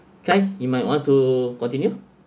kyrie you might want to continue